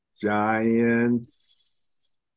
Giants